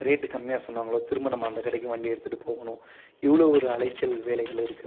rate கம்மியாக சொன்னாங்களோ திரும்ப நம்ம அந்த கடைக்கு வண்டி எடுத்துட்டு போகணும் இவ்வளோ ஒரு அலைச்சல் வேலைகள் இருக்குது